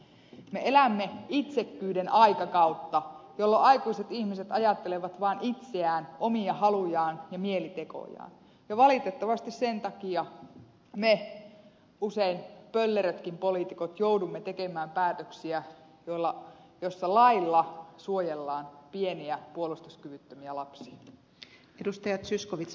me elämme itsekkyyden aikakautta jolloin aikuiset ihmiset ajattelevat vaan itseään omia halujaan ja mielitekojaan ja valitettavasti sen takia me pöllerötkin poliitikot joudumme usein tekemään päätöksiä joissa lailla suojellaan pieniä puolustuskyvyttömiä lapsia